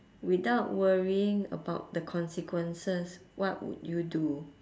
without worrying about the consequences what would you do